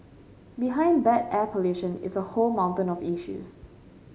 behind bad air pollution is a whole mountain of issues